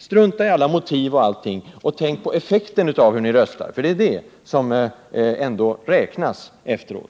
Strunta i alla motiv och allt annat och tänk i stället på effekten av hur ni röstar! Det är ändå det som räknas efteråt.